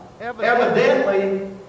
evidently